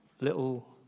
little